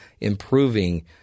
improving